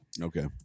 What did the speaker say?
Okay